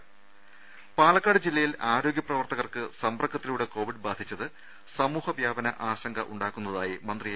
രുമ പാലക്കാട് ജില്ലയിൽ ആരോഗ്യ പ്രവർത്തകർക്ക് സമ്പർക്കത്തിലൂടെ കോവിഡ് ബാധിച്ചത് സമൂഹ വ്യാപന ആശങ്ക ഉണ്ടാക്കുന്നതായി മന്ത്രി എ